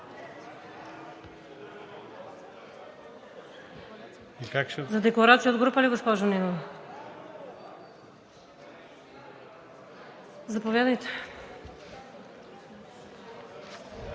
За декларация от група ли, госпожо Нинова? Заповядайте.